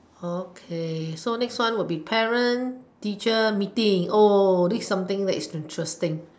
okay so next one will be parent teacher meeting this is something that's interesting